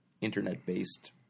internet-based